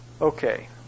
Okay